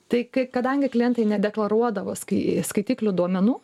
tai kai kadangi klientai nedeklaruodavo skai skaitiklių duomenų